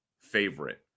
favorite